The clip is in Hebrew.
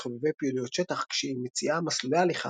חובבי פעילויות שטח כשהיא מציעה מסלולי הליכה,